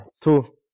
two